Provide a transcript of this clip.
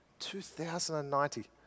2,090